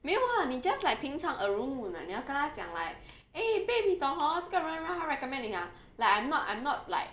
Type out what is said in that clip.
没有 ah 你 just like 平常 a room 你要跟他讲 like eh babe 你懂 hor 这个人让她 recommend 你 lah like I'm not I'm not like